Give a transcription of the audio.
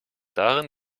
darin